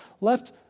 left